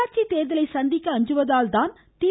உள்ளாட்சித் தேர்தலை சந்திக்க அஞ்சுவதால் தான் தி